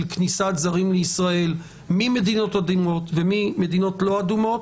כניסת זרים לישראל ממדינות אדומות ולא אדומות,